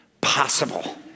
possible